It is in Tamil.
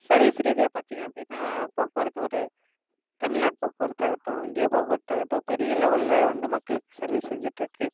சர்வீஸ் ரீதியாக பார்த்தீங்க அப்படின்னா போக்குவரத்து ஒரு தமிழ்நாடு போக்குவரத்தாகட்டும் இந்தியா போக்குவரத்தாகட்டும் பெரிய லெவலில் வந்து மக்களுக்கு சர்வீஸ் செஞ்சிட்டுருக்கு